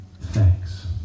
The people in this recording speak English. thanks